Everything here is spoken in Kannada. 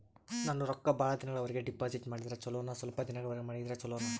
ನಾನು ರೊಕ್ಕ ಬಹಳ ದಿನಗಳವರೆಗೆ ಡಿಪಾಜಿಟ್ ಮಾಡಿದ್ರ ಚೊಲೋನ ಸ್ವಲ್ಪ ದಿನಗಳವರೆಗೆ ಮಾಡಿದ್ರಾ ಚೊಲೋನ?